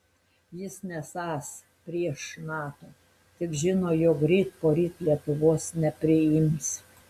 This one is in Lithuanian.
jis nesąs prieš nato tik žino jog ryt poryt lietuvos nepriims